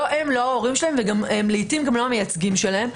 לא הם, לא הוריהם ולעיתים גם לא המייצגים שלהם.